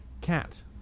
Cat